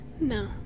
No